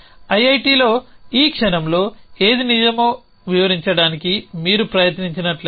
ఐఐటీలో ఈ క్షణంలో ఏది నిజమో వివరించడానికి మీరు ప్రయత్నించినట్లయితే